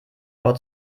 wort